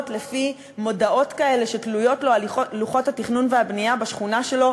לפי מודעות כאלה שתלויות לו על לוחות התכנון והבנייה בשכונה שלו,